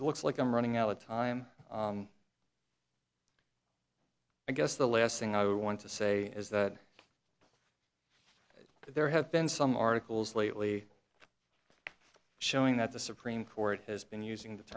it looks like i'm running out of time i guess the last thing i want to say is that there have been some articles lately showing that the supreme court has been using the